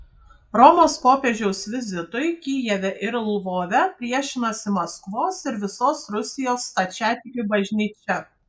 romos popiežiaus vizitui kijeve ir lvove priešinasi maskvos ir visos rusijos stačiatikių bažnyčia